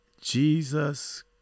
Jesus